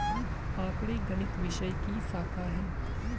आंकड़े गणित विषय की शाखा हैं